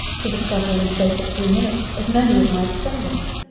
to discover in the space of three minutes, as many of my descendants!